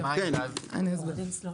אני אסביר.